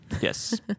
Yes